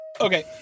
Okay